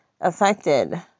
affected